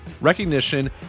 recognition